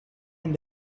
and